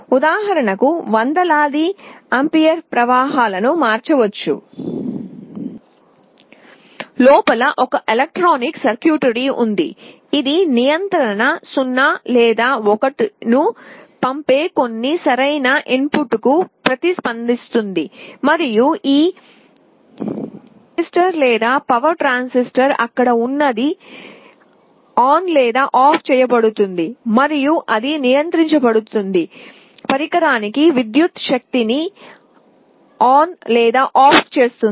ఉదాహరణకు వందలాది ఆంపియర్ ప్రవాహాలను మార్చవచ్చు లోపల ఒక ఎలక్ట్రానిక్ సర్క్యూట్రీ ఉంటుంది ఇది నియంత్రణ 0 లేదా 1 ను పంపే కొన్ని సరైన ఇన్పుట్కు ప్రతిస్పందిస్తుంది మరియు ఈ థైరిస్టర్ లేదా పవర్ ట్రాన్సిస్టర్ అక్కడ ఉన్నది ఆన్ లేదా ఆఫ్ చేయబడుతుంది మరియు అది నియంత్రించబడుతున్న పరికరానికి విద్యుత్ శక్తీ ని ఆన్ లేదా ఆఫ్ చేస్తుంది